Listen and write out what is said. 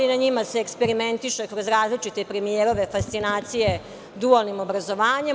Na njima se eksperimentiše kroz različite premijerove fascinacije dualnim obrazovanjem.